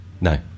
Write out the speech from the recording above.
No